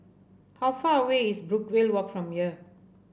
how far away is Brookvale Walk from here